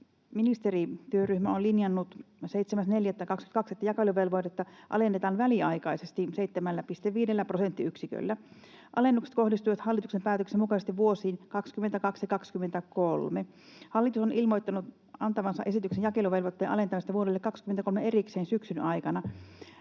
ministerityöryhmä on linjannut 7.4.22, että jakeluvelvoitetta alennetaan väliaikaisesti 7,5 prosenttiyksiköllä. Alennukset kohdistuvat hallituksen päätöksen mukaisesti vuosiin 22 ja 23. Hallitus on ilmoittanut antavansa esityksen jakeluvelvoitteen alentamista vuodelle 23 erikseen syksyn aikana.